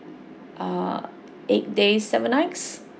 ah eight days seven nights